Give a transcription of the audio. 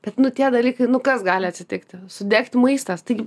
bet nu tie dalykai nu kas gali atsitikti sudegti maistas taigi